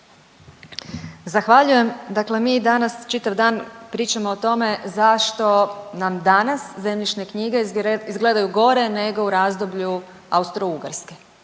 Zahvaljujem. Dakle, mi danas čitav dan pričamo o tome zašto nam danas zemljišne knjige izgledaju gore nego u razdoblju Austro-Ugarske.